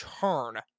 turn